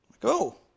Go